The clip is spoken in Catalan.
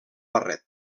barret